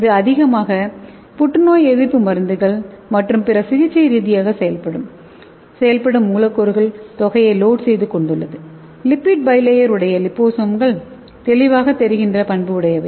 இது அதிகமாக புற்றுநோய் எதிர்ப்பு மருந்துகள் மற்றும் பிற சிகிச்சை ரீதியாக செயல்படும் மூலக்கூறுகள் தொகையை லோட் செய்து கொண்டுள்ளது லிப்பிட் பை ளேயர் உடைய லிபோசோம்கள் தெளிவாகத்தெரிகின்ற பண்பு உடையவை